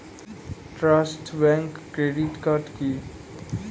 Trust bank credit card কি?